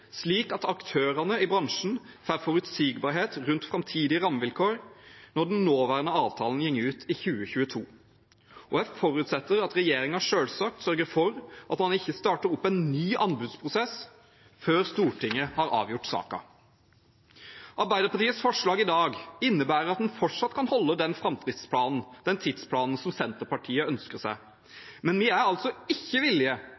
slik at aktørene i bransjen får forutsigbarhet rundt framtidige rammevilkår når den nåværende avtalen går ut i 2022. Jeg forutsetter at regjeringen selvsagt sørger for at en ikke starter en ny anbudsprosess før Stortinget har avgjort saken. Arbeiderpartiets forslag i dag innebærer at en fortsatt kan holde den framdrifts- og tidsplanen Senterpartiet ønsker